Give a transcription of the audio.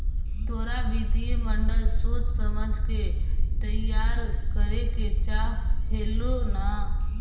तोरा वित्तीय मॉडल सोच समझ के तईयार करे के चाह हेलो न